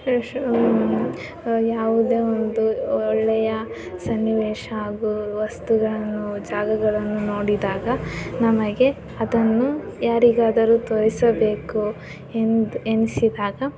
ಯಾವುದೇ ಒಂದು ಒಳ್ಳೆಯ ಸನ್ನಿವೇಶ ಹಾಗು ವಸ್ತುಗಳನ್ನು ಜಾಗಗಳನ್ನು ನೋಡಿದಾಗ ನಮಗೆ ಅದನ್ನು ಯಾರಿಗಾದರೂ ತೋರಿಸಬೇಕು ಎಂದೆನಿಸಿದಾಗ